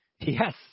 Yes